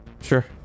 Sure